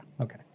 okay